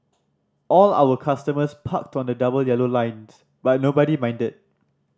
all our customers parked to the double yellow lines but nobody minded